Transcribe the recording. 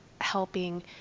helping